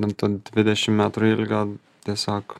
ant ant dvidešim metrų ilgio tiesiog